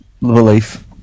belief